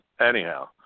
anyhow